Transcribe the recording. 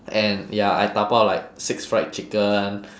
and ya I dabao like six fried chicken